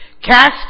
cast